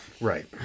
Right